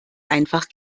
einfach